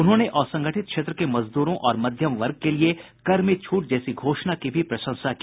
उन्होंने असंगठित क्षेत्र के मजद्रों और मध्यम वर्ग के लिए कर में छूट जैसी घोषणा की भी प्रशंसा की